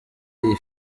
iyi